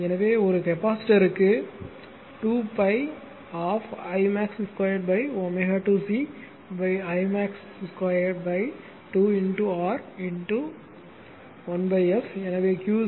எனவே ஒரு கெபாசிட்டர்க்கு 2 pi 12 I max 2ω2 C I max 2 2 into R into 1f